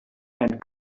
and